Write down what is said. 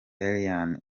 eliane